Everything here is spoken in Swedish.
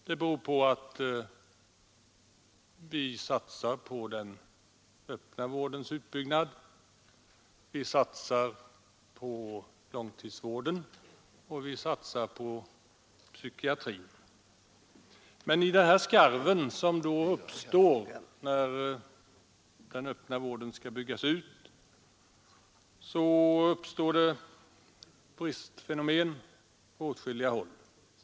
Det beror på att vi satsar på den öppna vården, på långtidsvården och på psykiatrin. Men i den skarv som uppstår när den öppna vården skall byggas ut uppkommer det bristfenomen på åtskilliga håll.